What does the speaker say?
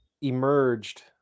emerged